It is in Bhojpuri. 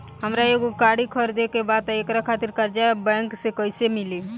हमरा एगो गाड़ी खरीदे के बा त एकरा खातिर कर्जा बैंक से कईसे मिली?